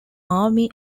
army